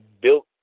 built